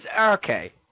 okay